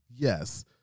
Yes